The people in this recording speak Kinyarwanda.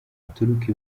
haturuka